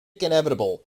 inevitable